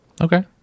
okay